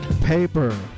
Paper